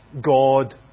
God